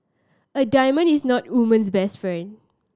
a diamond is not a woman's best friend